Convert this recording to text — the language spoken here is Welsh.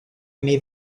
imi